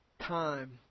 time